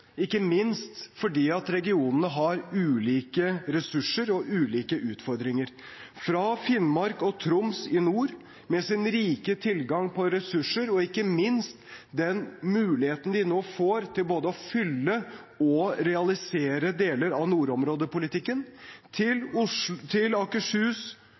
ikke minst fordi regionene har ulike ressurser og ulike utfordringer – fra Finnmark og Troms i nord, med sin rike tilgang på ressurser og ikke minst den muligheten de nå får til både å fylle og realisere deler av nordområdepolitikken, til Akershus, Østfold og Buskerud, med sin nære tilknytning til